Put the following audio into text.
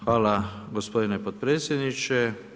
Hvala gospodine potpredsjedniče.